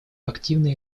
активно